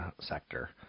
sector